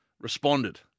responded